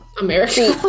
American